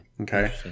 Okay